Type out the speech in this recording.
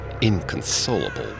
inconsolable